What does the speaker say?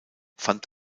fand